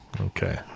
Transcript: Okay